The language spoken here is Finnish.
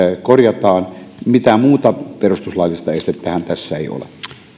korjataan mitään muuta perustuslaillista estettähän tässä ei ole